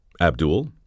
Abdul